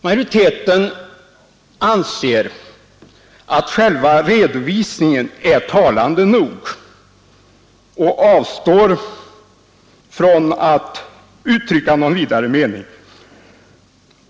Majorite 49 ten anser att själva redovisningen är talande nog och avstår från att uttrycka någon vidare mening.